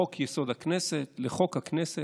בחוק-יסוד: הכנסת, בחוק הכנסת,